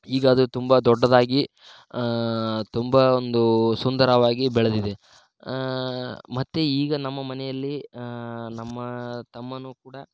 ಈಗ ಅದು ತುಂಬ ದೊಡ್ಡದಾಗಿ ತುಂಬ ಒಂದು ಸುಂದರವಾಗಿ ಬೆಳೆದಿದೆ ಮತ್ತು ಈಗ ನಮ್ಮ ಮನೆಯಲ್ಲಿ ನಮ್ಮ ತಮ್ಮನು ಕೂಡ